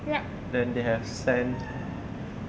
then they have sent